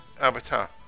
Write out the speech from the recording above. Avatar